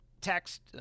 text